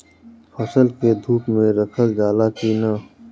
फसल के धुप मे रखल जाला कि न?